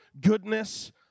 goodness